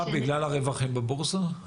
בגלל הרווחים בבורסה?